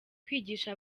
kwigisha